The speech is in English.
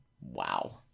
Wow